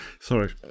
Sorry